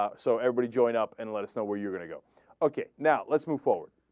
ah so every join up and let us know where you're gonna go ok now let's move forward